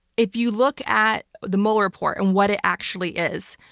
if you look at the mueller report and what it actually is,